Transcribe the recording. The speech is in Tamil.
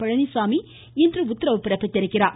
பழனிச்சாமி இன்று உத்தரவிட்டுள்ளார்